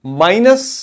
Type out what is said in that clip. minus